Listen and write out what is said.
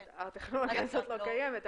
זאת אומרת, הטכנולוגיה הזאת לא קיימת.